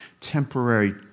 temporary